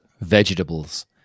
vegetables